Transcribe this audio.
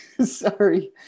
sorry